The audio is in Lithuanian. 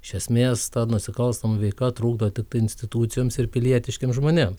iš esmės ta nusikalstama veika trukdo institucijoms ir pilietiškiems žmonėms